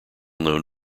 known